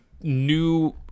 new